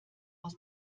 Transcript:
aus